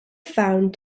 found